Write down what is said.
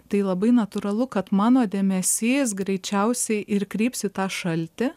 tai labai natūralu kad mano dėmesys greičiausiai ir kryps į tą šaltį